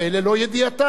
ללא ידיעתם.